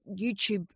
YouTube